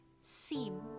seem